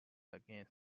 against